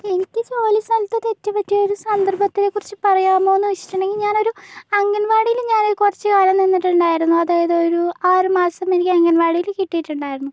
എനിക്ക് ജോലിസ്ഥലത്ത് തെറ്റ് പറ്റിയ ഒരു സന്ദർഭത്തെ കുറിച്ച് പറയാമോന്നു ചോദിച്ചിട്ടുണ്ടെങ്കിൽ ഞാനൊരു അംഗൻവാടില് ഞാൻ കുറച്ച് കാലം നിന്നിട്ടുണ്ടായിരുന്നു അതായതൊരു ആറു മാസം എനിക്ക് അംഗൻവാടില് കിട്ടിട്ടുണ്ടായിരുന്നു